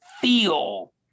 feel